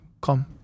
come